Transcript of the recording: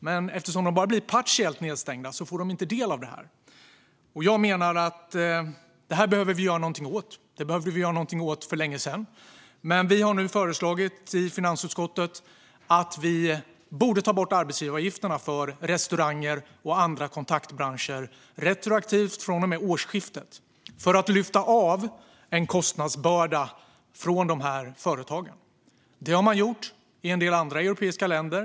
Men eftersom de bara blir partiellt nedstängda får de inte del av det här. Vi behöver göra något åt detta. Vi hade behövt göra något åt detta för länge sedan. I finansutskottet har vi nu föreslagit att arbetsgivaravgifterna tas bort för restauranger och andra kontaktbranscher, och det ska göras retroaktivt från och med årsskiftet. På så vis kan vi lyfta av en kostnadsbörda från dessa företag. Det här har man gjort i en del andra europeiska länder.